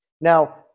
Now